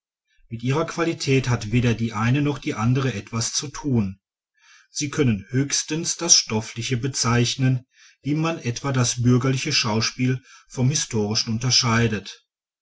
mit ihrer qualität hat weder die eine noch die andere etwas zu tun sie können höchstens das stoffliche bezeichnen wie man etwa das bürgerliche schauspiel vom historischen unterscheidet